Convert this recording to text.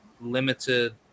limited